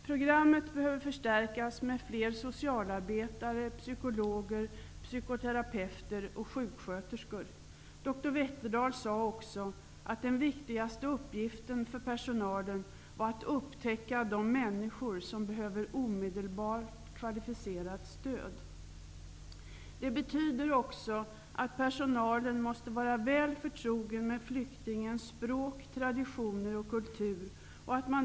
Programmet behöver förstärkas med fler socialarbetare, psykologer, psykoterapeuter och sjuksköterskor. Dr Wetterdahl sade också att den viktigaste uppgiften för personalen var att upptäcka de människor som behöver omedelbart, kvalificerat stöd. Det betyder också att personalen måste vara väl förtrogen med flyktingens språk, traditioner och kultur.